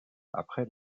après